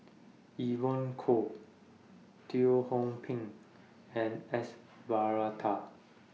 Evon Kow Teo Hong Pin and S Varathan